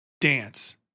Dance